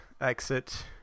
Exit